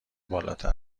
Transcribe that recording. بالاتر